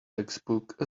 textbook